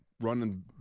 running